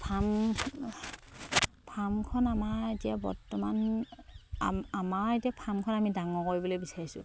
farm ফাৰ্মখন আমাৰ এতিয়া বৰ্তমান আমাৰ এতিয়া ফাৰ্মখন আমি ডাঙৰ কৰিবলৈ বিচাৰিছোঁ